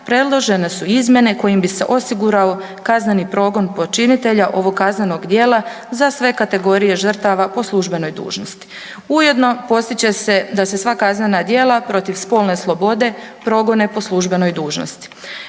predložene su izmjene kojim bi se osigurao kazneni progon počinitelja ovog kaznenog djela za sve kategorije žrtava po službenoj dužnosti. Ujedno postići će se da se sva kaznena djela protiv spolne slobode progone po službenoj dužnosti.